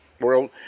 world